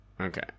okay